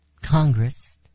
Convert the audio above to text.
Congress